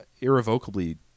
irrevocably